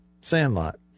Sandlot